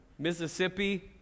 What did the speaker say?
Mississippi